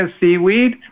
seaweed